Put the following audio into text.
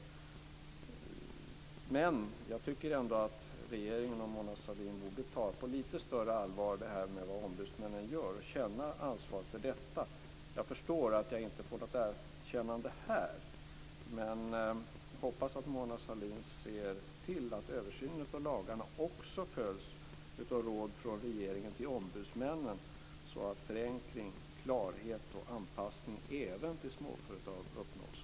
Men jag tycker ändå att regeringen och Mona Sahlin borde ta detta med vad ombudsmännen gör på lite större allvar och känna ansvar för detta. Jag förstår att jag inte kommer att få något erkännande här, men jag hoppas att Mona Sahlin ser till att översynen av lagarna också följs av råd från regeringen till ombudsmännen, så att förenkling, klarhet och anpassning även till småföretag uppnås.